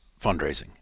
fundraising